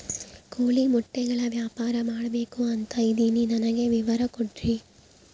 ಕೋಳಿ ಮೊಟ್ಟೆಗಳ ವ್ಯಾಪಾರ ಮಾಡ್ಬೇಕು ಅಂತ ಇದಿನಿ ನನಗೆ ವಿವರ ಕೊಡ್ರಿ?